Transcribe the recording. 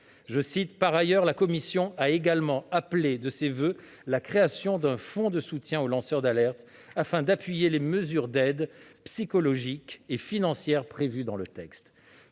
représailles. Par ailleurs, la commission a appelé de ses voeux la création d'un fonds de soutien aux lanceurs d'alerte, afin d'appuyer les mesures d'aide psychologique et financière prévues dans le texte.